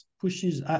pushes